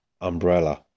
umbrella